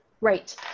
right